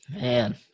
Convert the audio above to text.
Man